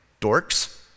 dorks